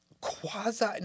Quasi